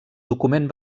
document